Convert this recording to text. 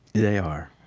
they are,